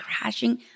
crashing